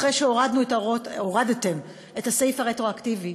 אחרי שהורדתם את הסעיף הרטרואקטיבי,